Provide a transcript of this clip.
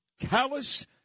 callous